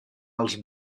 els